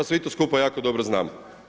Svi to skupa jako dobro znamo.